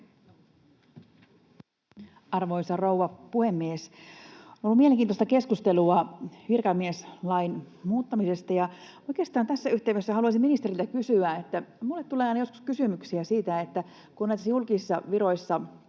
Arvoisa rouva puhemies! On ollut mielenkiintoista keskustelua virkamieslain muuttamisesta, ja oikeastaan tässä yhteydessä haluaisin kysyä ministeriltä: minulle tulee aina joskus kysymyksiä siitä, että kun näissä julkisissa viroissa